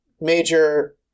major